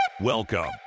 Welcome